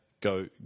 Go